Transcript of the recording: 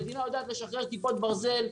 המדינה יודעת לשחרר כיפות ברזל.